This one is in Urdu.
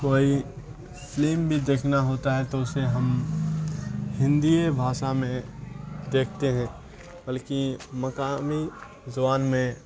کوئی فلم بھی دیکھنا ہوتا ہے تو اسے ہم ہندی بھاشا میں دیکھتے ہیں بلکہ مقامی زبان میں